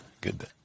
Good